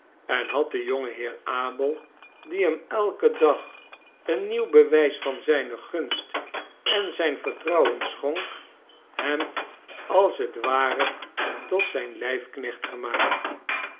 en had de jonge heer abel die hem elken dag een nieuw bewijs van zijne gunst en zijn vertrouwen schonk hem als het ware tot zijn lijfknecht gemaakt